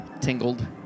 tingled